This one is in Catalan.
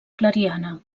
clariana